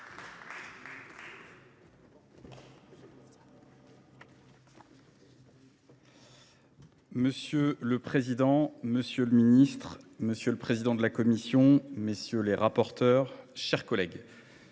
Monsieur le président, monsieur le ministre, monsieur le président de la commission, monsieur le rapporteur, mes chers collègues,